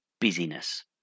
busyness